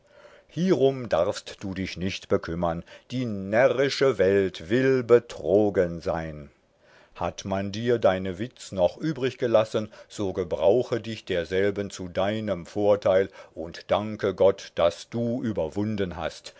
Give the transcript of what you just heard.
hierum darfst du dich nicht bekümmern die närrische welt will betrogen sein hat man dir deine witz noch übriggelassen so gebrauche dich derselben zu deinem vorteil und danke gott daß du überwunden hast